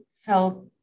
felt